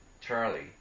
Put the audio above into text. Charlie